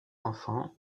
enfants